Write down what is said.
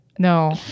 No